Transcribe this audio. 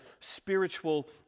spiritual